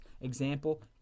Example